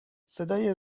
صدای